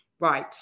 right